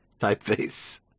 typeface